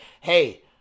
hey